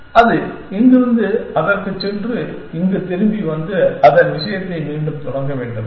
அது இங்கிருந்து அதற்குச் சென்று இங்கு திரும்பி வந்து அதன் விஷயத்தை மீண்டும் தொடங்க வேண்டும்